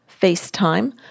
FaceTime